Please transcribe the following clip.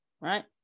Right